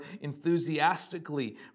enthusiastically